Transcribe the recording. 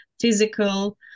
physical